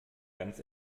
ganz